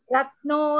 Ratno